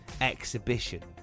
exhibition